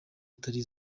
atari